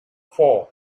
four